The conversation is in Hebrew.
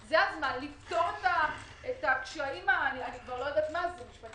זה הזמן לפתור את הקשיים משפטיים,